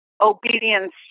obedience